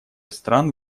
стран